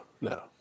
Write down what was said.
no